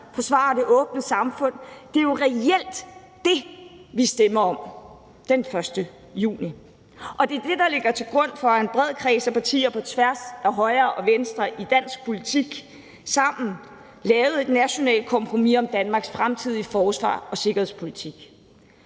forsvare det åbne samfund. Det er jo reelt det, vi stemmer om den 1. juni, og det er det, der ligger til grund for, at en bred kreds af partier på tværs af højre og venstre i dansk politik sammen lavede et nationalt kompromis om Danmarks fremtidige forsvars- og sikkerhedspolitik.